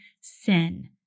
sin